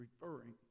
referring